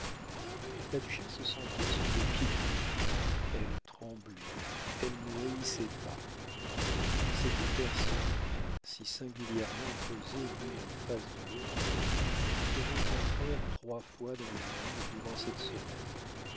la duchesse se sentait sous les pieds du lion elle tremblait elle ne haïssait pas ces deux personnes si singulièrement posées l'une en face de l'autre se rencontrèrent trois fois dans le monde durant cette semaine